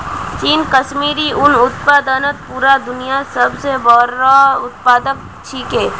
चीन कश्मीरी उन उत्पादनत पूरा दुन्यात सब स बोरो उत्पादक छिके